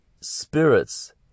spirits